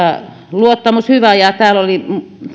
luottamus on hyvä täällä oli